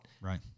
Right